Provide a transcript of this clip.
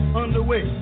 underway